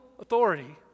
authority